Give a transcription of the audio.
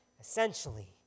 Essentially